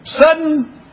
Sudden